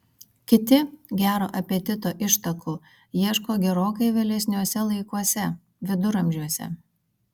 kiti gero apetito ištakų ieško gerokai vėlesniuose laikuose viduramžiuose